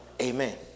Amen